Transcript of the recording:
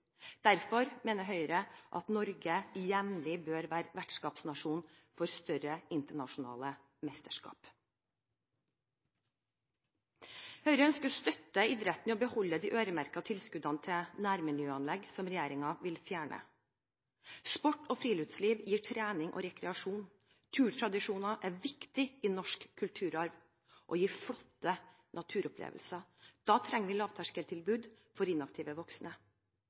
Derfor mener Høyre at Norge jevnlig bør være vertskapsnasjon for større internasjonale mesterskap. Høyre ønsker å støtte idretten i å beholde de øremerkede tilskuddene til nærmiljøanlegg som regjeringen vil fjerne. Sport og friluftsliv gir trening og rekreasjon. Turtradisjoner er viktige i norsk kulturarv og gir flotte naturopplevelser. Da trenger vi lavterskeltilbud for inaktive voksne.